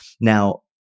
Now